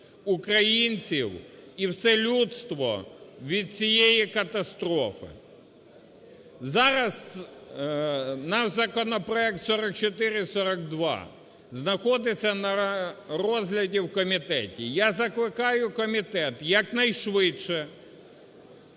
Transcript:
українців і все людство від цієї катастрофи. Зараз наш законопроект 4442 знаходиться на розгляді в комітеті. Я закликаю комітет якнайшвидше